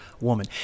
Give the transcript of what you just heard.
woman